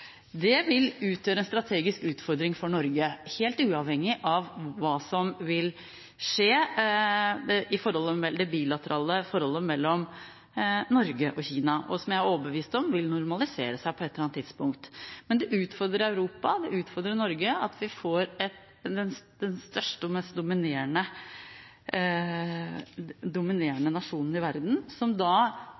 Det vil utgjøre en strategisk utfordring for Norge – helt uavhengig av hva som vil skje i det bilaterale forholdet mellom Norge og Kina, som jeg er overbevist om at vil normalisere seg på et eller annet tidspunkt. Men det utfordrer Europa, det utfordrer Norge at den største og mest dominerende nasjonen i verden, slik vi kjenner den nå, ikke deler vårt syn på mange av de grunnleggende menneskerettighetene, slik USA – som